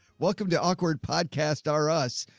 welcome to awkward podcast our us.